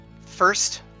First